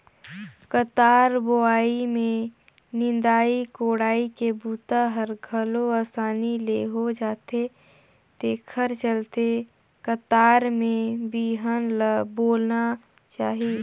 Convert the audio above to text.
कतार बोवई में निंदई कोड़ई के बूता हर घलो असानी ले हो जाथे तेखर चलते कतार में बिहन ल बोना चाही